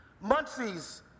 Muncie's